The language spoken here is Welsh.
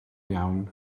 iawn